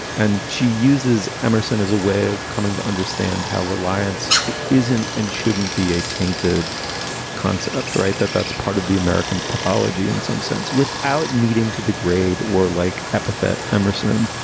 and she uses emerson as a way of coming to understand how reliance isn't and shouldn't be a tainted concept. right. that that's part of the american pathology in some sense, without needing to degrade or like epithet. emerson,